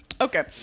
okay